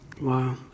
Wow